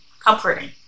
comforting